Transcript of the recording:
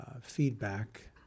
feedback